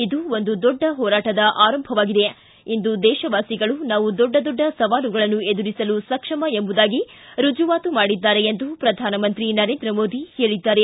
ಇದು ಒಂದು ದೊಡ್ಡ ಹೋರಾಟದ ಆರಂಭ ಇಂದು ದೇಶವಾಸಿಗಳು ನಾವು ದೊಡ್ಡ ದೊಡ್ಡ ಸವಾಲುಗಳನ್ನು ಎದುರಿಸಲು ಸಕ್ಷಮ ಎಂಬುದಾಗಿ ರುಜುವಾತು ಮಾಡಿದ್ದಾರೆ ಎಂದು ಪ್ರಧಾನಮಂತ್ರಿ ನರೇಂದ್ರ ಮೋದಿ ಹೇಳಿದ್ದಾರೆ